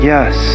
Yes